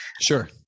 Sure